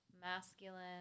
masculine